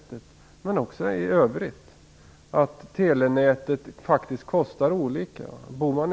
Dessutom kostar telenätet faktiskt olika.